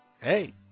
Hey